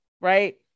right